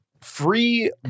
free